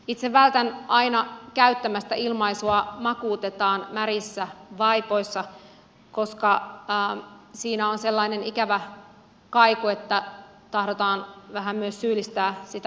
itse vältän aina käyttämästä ilmaisua makuutetaan märissä vaipoissa koska siinä on sellainen ikävä kaiku että tahdotaan vähän myös syyllistää sitä hoitohenkilökuntaa